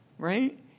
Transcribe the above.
right